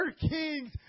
kings